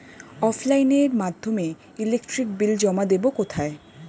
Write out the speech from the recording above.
অফলাইনে এর মাধ্যমে ইলেকট্রিক বিল জমা দেবো কোথায়?